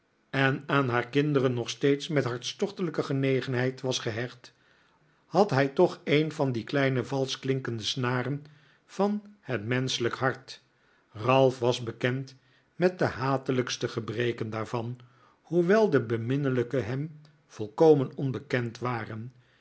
en aan haar kinderen nog steeds met hartstochtelijke genegenheid was gehecht had hij toch een van die kleine valsch klinkende snaren van het menschelijke hart ralph was bekend met de hatelijkste gebreken daarvan hoewel de beminnelijke hem volkomen onbekend waren